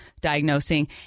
diagnosing